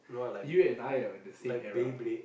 you and I are in the same era